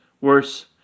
worse